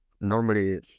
normally